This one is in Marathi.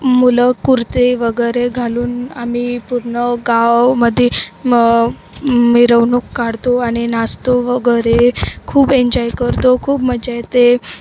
मुलं कुर्ते वगैरे घालून आम्ही पूर्ण गावामध्ये म मिरवणूक काढतो आणि नाचतो वगैरे खूप एन्जॉय करतो खूप मज्जा येते